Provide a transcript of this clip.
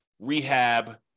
rehab